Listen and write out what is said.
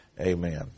Amen